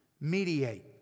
mediate